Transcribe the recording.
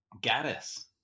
gaddis